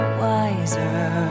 wiser